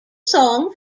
song